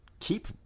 Keep